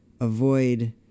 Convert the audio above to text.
avoid